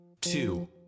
two